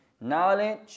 Knowledge